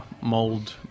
mold